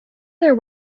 their